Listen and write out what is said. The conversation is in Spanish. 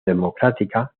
democrática